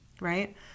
right